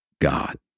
God